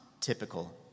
typical